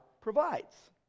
provides